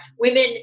women